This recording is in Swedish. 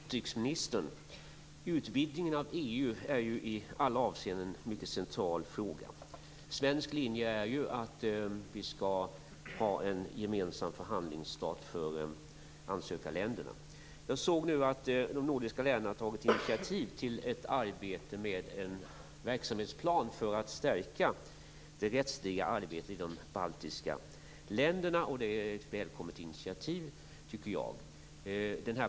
Herr talman! Jag skall vända mig till utrikesministern. Utvidgningen av EU är i alla avseenden en mycket central fråga. Den svenska linjen är att vi skall ha en gemensam förhandlingsstart ansökarländerna. Jag såg nu att de nordiska länderna har tagit initiativ till ett arbete med en verksamhetsplan för att stärka det rättsliga arbetet i de baltiska länderna. Det är ett välkommet initiativ.